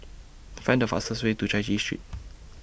Find The fastest Way to Chai Chee Street